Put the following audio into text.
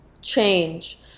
change